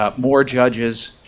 ah more judges,